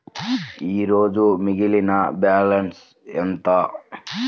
ఈరోజు మిగిలిన బ్యాలెన్స్ ఎంత?